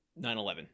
9-11